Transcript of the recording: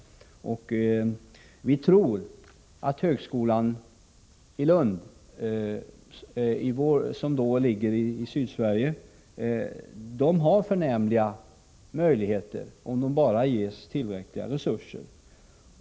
Jag tror att högskolan i Lund, som ligger i Sydsverige, har goda möjligheter, om högskolan bara ges tillräckliga resurser.